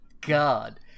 God